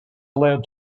allowed